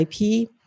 IP